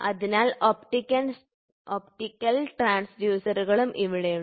അതിനാൽ ഒപ്റ്റിക്കൽ ട്രാൻസ്ഡ്യൂസറുകളും അവിടെയുണ്ട്